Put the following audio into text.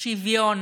שוויון,